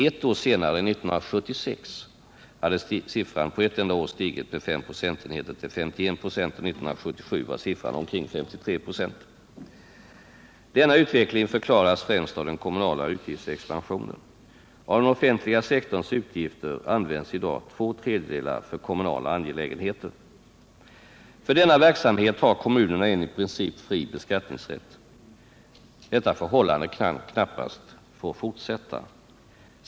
Ett år därefter — 1976 — hade siffran stigit med fem procentenheter till 51 26 och år 1977 var siffran omkring 53 96. Denna utveckling kan förklaras främst av den kommunala utgiftsexpansionen. Av den offentliga sektorns utgifter används i dag två tredjedelar för kommunala angelägenheter. För denna verksamhet har kommunerna en i princip fri beskattningsrätt. Detta förhållande kan knappast få fortsätta.